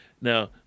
Now